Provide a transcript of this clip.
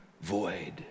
void